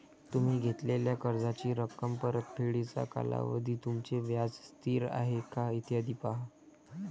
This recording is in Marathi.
तुम्ही घेतलेल्या कर्जाची रक्कम, परतफेडीचा कालावधी, तुमचे व्याज स्थिर आहे का, इत्यादी पहा